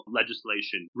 legislation